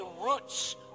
roots